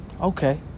okay